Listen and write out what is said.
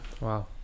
Wow